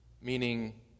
Meaning